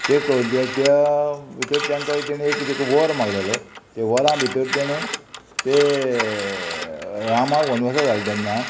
तें कव त्या भितर तेंकां तेणे एक वर मागलेलो ते वरां भितर तेणें तें रामाक वनवासाक धाडले तेन्ना